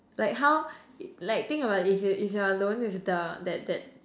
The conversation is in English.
like how like think about it if you're if you're alone with the that that